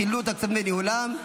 חילוט הכספים וניהולם),